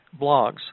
blogs